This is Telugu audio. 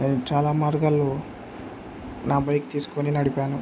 నేను చాలా మార్గాలు నా బైక్ తీసుకొని నడిపాను